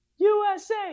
USA